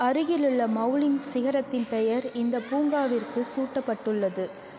அருகிலுள்ள மவுலிங் சிகரத்தின் பெயர் இந்தப் பூங்காவிற்குச் சூட்டப்பட்டுள்ளது